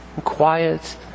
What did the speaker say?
quiet